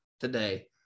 today